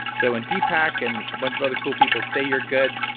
so and deepak and a bunch of other cool people say you're good,